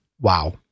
Wow